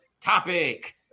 topic